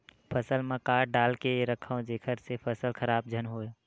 फसल म का डाल के रखव जेखर से फसल खराब झन हो?